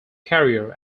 career